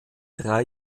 drei